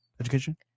education